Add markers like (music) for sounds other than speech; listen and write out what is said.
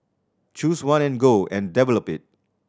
choose one and go and (unintelligible) it